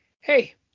Hey